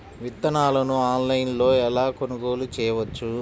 విత్తనాలను ఆన్లైనులో ఎలా కొనుగోలు చేయవచ్చు?